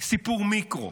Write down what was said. סיפור מיקרו,